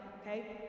okay